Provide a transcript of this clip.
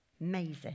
Amazing